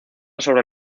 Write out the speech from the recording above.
sobre